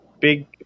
big